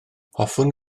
hoffwn